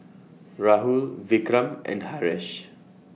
Rahul Vikram and Haresh